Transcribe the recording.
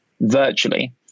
virtually